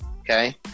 Okay